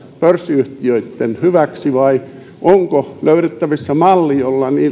pörssiyhtiöitten hyväksi vai onko löydettävissä malli